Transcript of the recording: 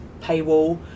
paywall